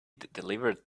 delivered